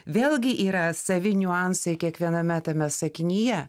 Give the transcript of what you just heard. vėlgi yra savi niuansai kiekviename tame sakinyje